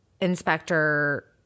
inspector